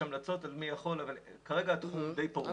יש המלצות מי יכול אבל כרגע התחום די פרוץ.